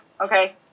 okay